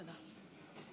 תודה.